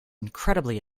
incredibly